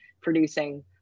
producing